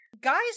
Guys